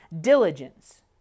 diligence